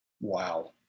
Wow